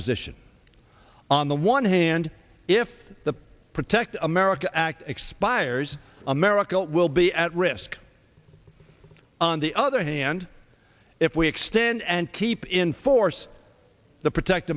position on the one hand if the protect america act expires america will be at risk on the other hand if we extend and keep in force the protect